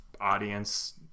audience